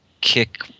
kick